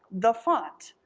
the font.